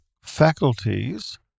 faculties